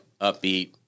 upbeat